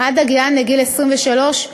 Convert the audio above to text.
עד הגיעם לגיל 23,